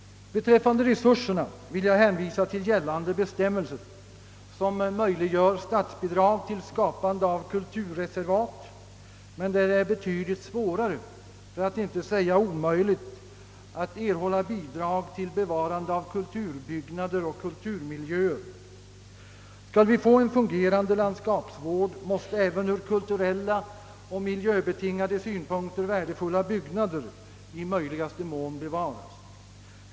Vad resurserna beträffar vill jag erinra om att gällande bestämmelser medger att statsbidrag beviljas till skapande av kulturreservat, medan det däremot är svårare för att inte säga omöjligt att erhålla bidrag till bevarande av kulturbyggnader och kulturmiljöer. Skall vi få en fungerande landskapsvård måste även ur kulturell synpunkt och ur miljösynpunkt värdefulla byggnader i möjligaste mån bevaras.